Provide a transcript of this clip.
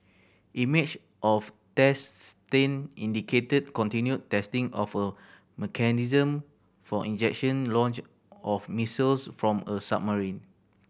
images of test stand indicated continued testing of a mechanism for ejection launch of missiles from a submarine